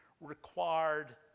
required